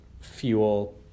fuel